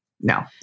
no